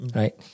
right